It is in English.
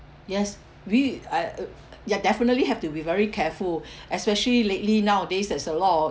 yes we I uh ya definitely have to be very careful especially lately nowadays there's a lot of